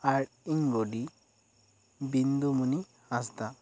ᱟᱨ ᱤᱧ ᱵᱩᱰᱤ ᱵᱤᱱᱫᱩᱢᱩᱱᱤ ᱦᱟᱸᱥᱫᱟ